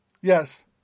Yes